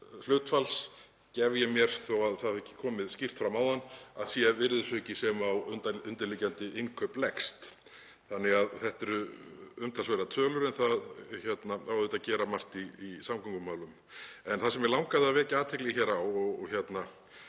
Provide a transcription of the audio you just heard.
hlutfalls gef ég mér, þó það hafi ekki komið skýrt fram áðan, að sé virðisauki sem á undirliggjandi innkaup leggst þannig að þetta eru umtalsverðar tölur en það á auðvitað að gera margt í samgöngumálum. En það sem mig langaði að vekja athygli hér á og gera